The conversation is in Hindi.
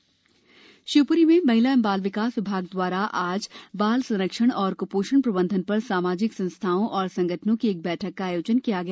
कुपोषण प्रबंधन बैठक शिवपुरी में महिला एवं बाल विकास विभाग द्वारा आज बाल संरक्षण एवं कुपोषण प्रबंधन पर सामाजिक संस्थाओं और संगठनों की एक बैठक का आयोजन किया गया